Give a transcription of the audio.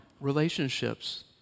relationships